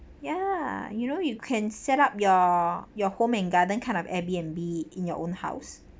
ya you know you can set up your your home and garden kind of Airbnb in your own house